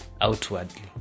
outwardly